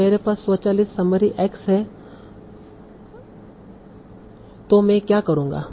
अब मेरे पास स्वचालित समरी X है तो मैं क्या करूंगा